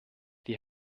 die